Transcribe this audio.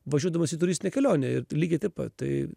važiuodamas į turistinę kelionę ir lygiai taip pat tai